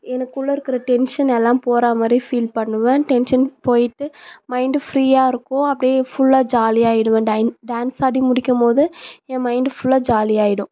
எனக்குள்ளே இருக்கிற டென்ஷன் எல்லாம் போகிறா மாதிரி ஃபீல் பண்ணுவேன் டென்ஷன் போய்விட்டு மைண்டு ஃப்ரீயாயிருக்கும் அப்படியே ஃபுல்லாக ஜாலியாக ஆகிடுவேன் டைன் டான்ஸ் ஆடி முடிக்கும் போது என் மைண்டு ஃபுல்லாக ஜாலியாகிடும்